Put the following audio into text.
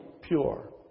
pure